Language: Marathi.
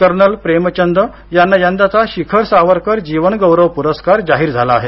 कर्नल प्रेमचंद यांना यंदाचा शिखर सावरकर जीवन गौरव पुरस्कार जाहीर झाला आहे